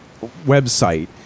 website